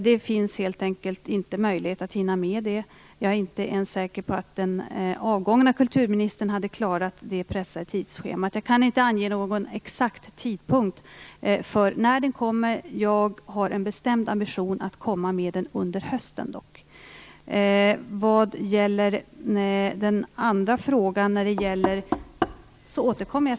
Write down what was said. Det finns helt enkelt inte möjlighet att hinna med det. Jag är inte ens säker på att den avgångna kulturministern hade klarat det pressade tidsschemat. Jag kan inte ange någon exakt tidpunkt för när den kommer. Jag har dock en bestämd ambition att komma med den under hösten. Vad gäller den andra frågan återkommer jag.